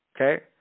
Okay